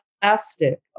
plastic